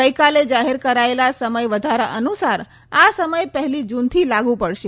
ગઈકાલે જાહેર કરાયેલા સમય વધારા અનુસાર આ સમય પહેલી જુનથી લાગુ પડશે